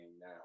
now